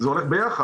זה הולך ביחד.